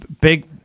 big